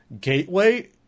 gateway